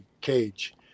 cage